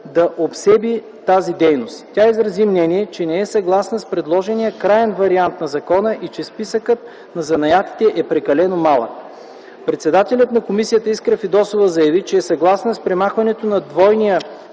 да обсеби тази дейност. Тя изрази мнение, че не е съгласна с предложения краен вариант на закона и че списъкът на занаятите е прекалено малък. Председателят на комисията Искра Фидосова заяви, че е съгласна с премахването на двойния